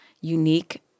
unique